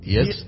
Yes